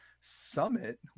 Summit